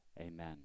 amen